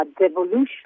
devolution